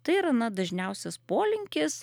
tai yra na dažniausias polinkis